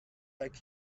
back